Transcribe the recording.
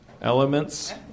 Elements